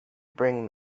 bring